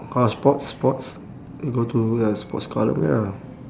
orh sports sports you go to ya sports column ya